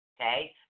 okay